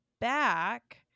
back